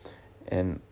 and